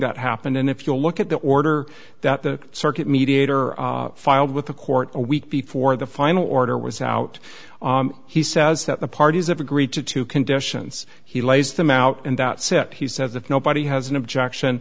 that happened and if you look at the order that the circuit mediator filed with the court a week before the final order was out he says that the parties have agreed to two conditions he lays them out and that set he says if nobody has an objection